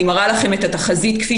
(הצגת מצגת) אני מראה לכם את התחזית כפי